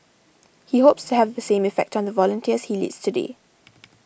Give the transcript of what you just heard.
he hopes to have the same effect on the volunteers he leads today